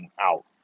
out